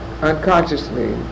Unconsciously